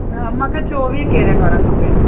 न मूंखे चौवीह कैरेट वारा खपनि